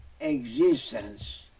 existence